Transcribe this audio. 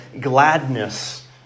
gladness